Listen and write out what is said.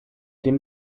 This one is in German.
dem